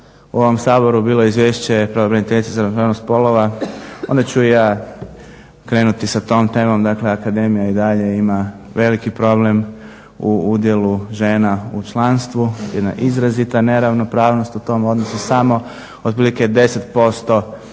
u ovom Saboru bilo Izvješće pravobraniteljice za ravnopravnost spolova onda ću ja krenuti sa tom temom, dakle akademija i dalje ima veliki problem u udjelu žena u članstvu, jedna izrazita neravnopravnost u tom odnosu. Samo otprilike 10%